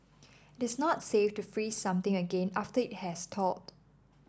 it is not safe to freeze something again after it has thawed